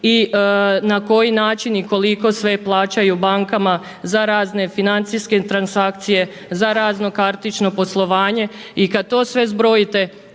i na koji način i koliko sve plaćaju bankama za razne financijske transakcije, za rano kartično poslovanje i kada to sve zbrojite